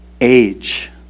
age